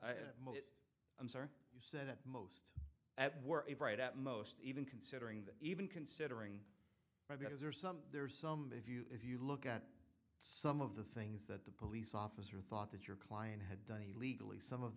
sorry i'm sorry you said it most that weren't right at most even considering that even considering i because there's some there's some if you if you look at some of the things that the police officer thought that your client had done he legally some of